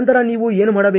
ನಂತರ ನೀವು ಏನು ಮಾಡಬೇಕು